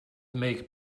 make